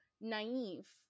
naive